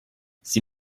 sie